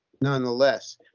nonetheless